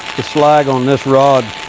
the slag on this rod